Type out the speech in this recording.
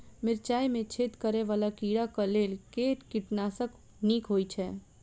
मिर्चाय मे छेद करै वला कीड़ा कऽ लेल केँ कीटनाशक नीक होइ छै?